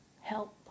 help